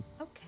Okay